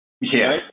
Yes